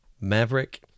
Maverick